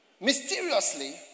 mysteriously